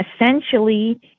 Essentially